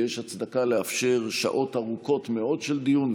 ויש הצדקה לאפשר שעות ארוכות מאוד של דיון,